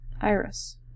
iris